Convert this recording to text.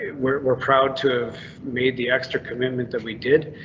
we're proud to have made the extra commitment that we did.